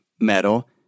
metal